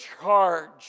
charge